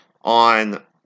on